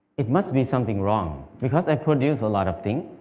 it must be something wrong, because i produce a lot of things,